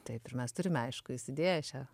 taip ir mes turime aišku įsidėję šią